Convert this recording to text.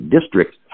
District